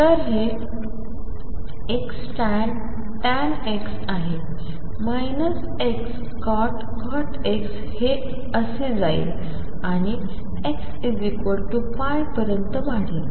तर हे Xtan X आहे Xcot X हे असे जाईल आणि Xπ पर्यंत वाढेल